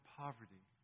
poverty